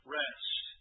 rest